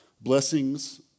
Blessings